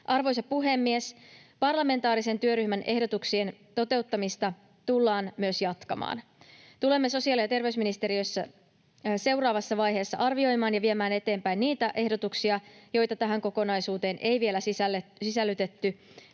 Arvoisa puhemies! Parlamentaarisen työryhmän ehdotuksien toteuttamista tullaan myös jatkamaan. Tulemme sosiaali- ja terveysministeriössä seuraavassa vaiheessa arvioimaan ja viemään eteenpäin niitä ehdotuksia, joita tähän kokonaisuuteen ei vielä sisällytetty,